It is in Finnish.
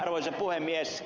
arvoisa puhemies